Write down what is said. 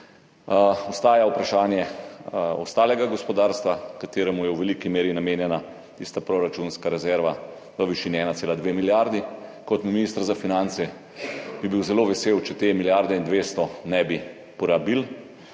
Ostaja vprašanje ostalega gospodarstva, ki mu je v veliki meri namenjena tista proračunska rezerva v višini 1,2 milijardi. Kot minister za finance bi bil zelo vesel, če te milijarde in 200 ne bi porabili,